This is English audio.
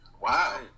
Wow